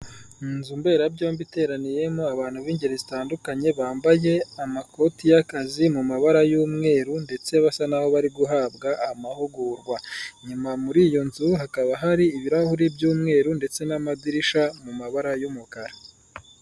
Ni inzu mberabyombi iteraniyemo abantu b'ingeri zitandukanye, bambaye amakoti y'akazi mu mabara y'umweru ndetse basa n'aho abo bari guhabwa amahugurwa. Inyuma muri iyo nzu hakaba hari ibirahuri by'umweru ndetse n'amadirisha , mu mabara y'umukara.